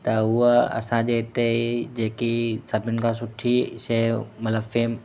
त उहे असांजे हिते ई जेकी सभिनि खां सुठी शइ मतिलबु फेम